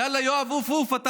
יאללה, יואב, עוף, עוף.